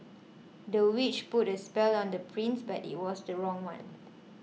the witch put a spell on the prince but it was the wrong one